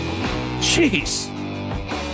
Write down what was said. Jeez